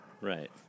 Right